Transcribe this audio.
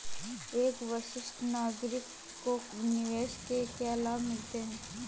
एक वरिष्ठ नागरिक को निवेश से क्या लाभ मिलते हैं?